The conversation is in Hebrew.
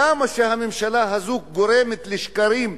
כמה שהממשלה הזאת גורמת לשקרים,